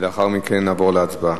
לאחר מכן נעבור להצבעה.